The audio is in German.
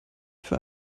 für